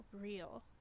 real